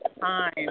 time